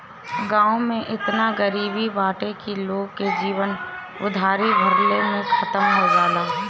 गांव में एतना गरीबी बाटे की लोग के जीवन उधारी भरले में खतम हो जाला